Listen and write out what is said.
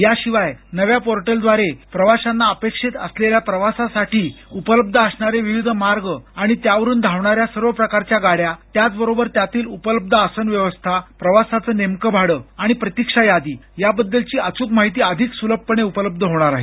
याशिवाय नव्या पोर्टलद्वारे प्रवाशांना अपेक्षित असलेल्या प्रवासासाठी उपलब्ध असणारे विविध मार्ग आणि त्यावरून धावणाऱ्या सर्व प्रकारच्या गाड्या त्याचबरोबर त्यातील उपलब्ध आसन व्यवस्था प्रवासाचं नेमकं भाडं आणि प्रतीक्षा यादी याबद्दलची अचूक माहिती अधिक सुलभपणे उपलब्ध होणार आहे